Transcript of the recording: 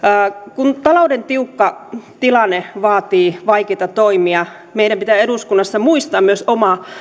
kun talouden tiukka tilanne vaatii vaikeita toimia meidän pitää eduskunnassa muistaa myös oma